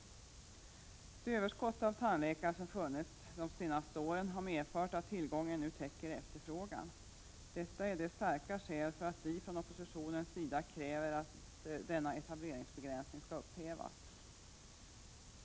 Det överskott av tandläkare som funnits de senaste åren har medfört att tillgången nu täcker efterfrågan. Detta är det starka skälet för att vi från oppositionens sida kräver att etableringsbegränsningen skall upphävas.